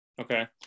okay